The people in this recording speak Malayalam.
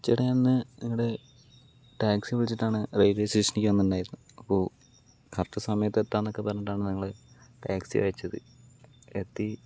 ചേട്ടാ ഞാൻ നിങ്ങളുടെ ടാക്സി വിളിച്ചിട്ടാണ് റെയിൽവേ സ്റ്റേഷനിലേക്ക് വന്നിട്ടുണ്ടായിരുന്നത് അപ്പോൾ കറക്റ്റ് സമയത്ത് എത്താമെന്നൊക്കെ പറഞ്ഞിട്ടാണ് നിങ്ങള് ടാക്സി അയച്ചത് എത്തി